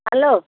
hello